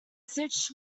stitch